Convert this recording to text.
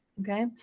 Okay